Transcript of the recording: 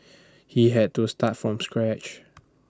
he had to start from scratch